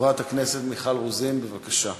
חברת הכנסת מיכל רוזין, בבקשה.